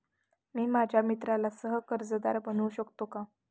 मी माझ्या मित्राला सह कर्जदार बनवू शकतो का?